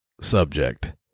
subject